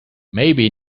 maybe